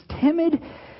timid